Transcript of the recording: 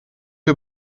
wir